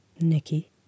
Nicky